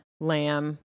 lamb